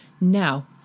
Now